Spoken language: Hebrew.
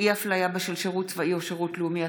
אי-הפליה בשל שירות צבאי או שירות לאומי),